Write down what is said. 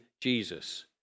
Jesus